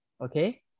okay